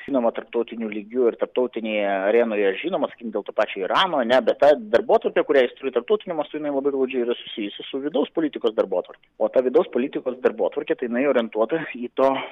žinoma tarptautiniu lygiu ir tarptautinėje arenoje ir žinoma sakykim dėl to pačio irano ane bet ta darbotvarkė kurią jis turi tarptautiniu mastu jinai labai glaudžiai yra susijusi su vidaus politikos darbotvarke o ta vidaus politikos darbotvarkė tai jinai orientuota į to